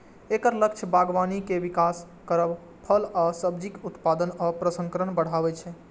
एकर लक्ष्य बागबानी के विकास करब, फल आ सब्जीक उत्पादन आ प्रसंस्करण बढ़ायब छै